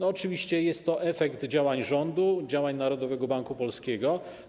Oczywiście jest to efekt działań rządu, działań Narodowego Banku Polskiego.